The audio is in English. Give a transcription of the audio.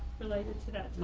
related to that.